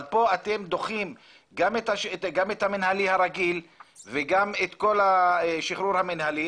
אבל פה אתם דוחים גם את המינהלי הרגיל וגם את כל השחרור המינהלי,